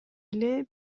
эле